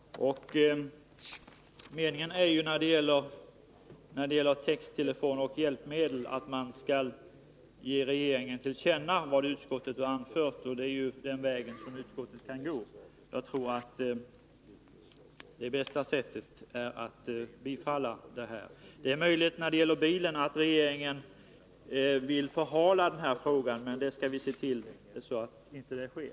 När det gäller texttelefon och andra hjälpmedel är ju meningen att riksdagen skall ge regeringen till känna vad.utskottet har anfört. Det är den vägen utskottet kan gå. Jag tror att vi får det bästa resultatet genom att bifalla utskottets förslag. Det är möjligt att regeringen vill förhala frågan om bilstöd till handikappade, men vi skall se till att det inte sker.